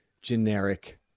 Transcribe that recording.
generic